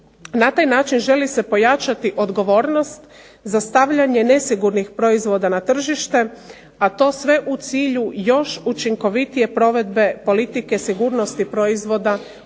Na taj način želi se pojačati odgovornost za stavljanje nesigurnih proizvoda na tržište, a to sve u cilju još učinkovitije provedbe politike sigurnosti proizvoda u RH.